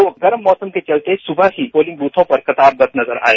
लोग गर्म मौसम के चलते सुबह से ही पोलिंग ब्रथों पर कतारबद्ध नजर आए